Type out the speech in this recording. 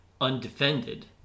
undefended